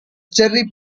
cherry